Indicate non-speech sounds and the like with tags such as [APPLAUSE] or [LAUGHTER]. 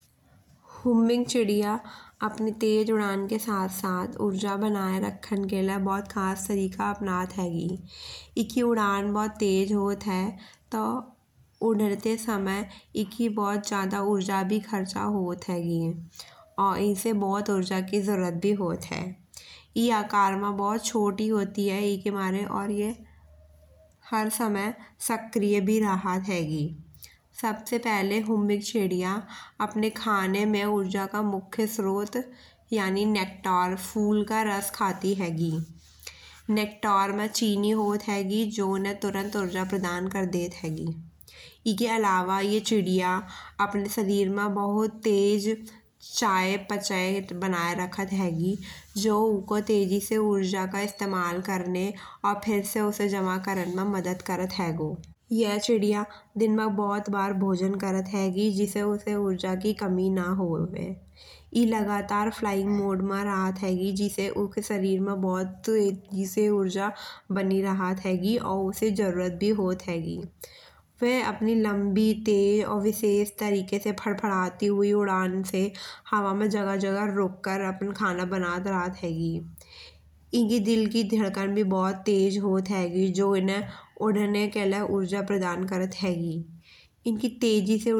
हमिंग चिड़िया अपनी तेज उड़ान के साथ साथ ऊर्जा बनाए राखन के लाए बहुत खास तरीका अपनत हेगी। एकी उड़ान बहुत तेज होत है। तो ऊ उड़ते समय एकी बहुत ज्यादा ऊर्जा भी खर्चा होत हेगी। और एसे बहुत ऊर्जा की जरूरत भी होत है। ए आकार मा बहुत छोटी होती है। एके मारे और यह हर समय सक्रिय भी राहत हेगी। सबसे फाले हमिंग चिड़िया आने खाने में ऊर्जा का मुख्य स्रोत यानि नेक्टर फूल का रस खाती हेगी। नेकटार मा चीनी होत हेगी जो उन्हे तुरंत ऊर्जा प्रदान कर देत हेगी। एका अलावा ये चिड़िया अपने शरीर मा बहोत तेज चयापचय बनाए राखत हेगी। जो उको तेजी से ऊर्जा को इस्तेमाल करने और फिर से उसे जमा करन मा मदद करात हेगो। यह चिड़िया दिन मा बहुत बार भोजन करात हेगी। जिसे उसे ऊर्जा की कमी ना होवे। ए लहातर फ्लाइंग मोड मा राहत हेगी। जिसे उके शरीर मा बहुत [UNINTELLIGIBLE] ऊर्जा बनी राहत हेगी। और उसे जरूरत भी राहत हेगी। वह अपनी लंबी तेज और विशेष तरीका से फड़फड़ाती हुई उड़ान से हवा मा जगह जगह रुक कर अपना खाना बनत राहत हेगी। एकी दिल की धड़कन भी बहुत तेज होत हेगी। जो इन्हे उड़ने के लाए ऊर्जा प्रदान करात हेगी। इनकी तेजी से उड़ने की क्षमता और ऊर्जा बनाए राखन की प्रक्रिया इन्हे लंबे समय तक सक्रिय और स्वास्थ्य बनाए राखत हेगी।